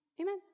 Amen